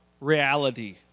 reality